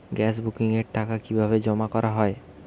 Gas বুকিংয়ের টাকা কিভাবে জমা করা হয়?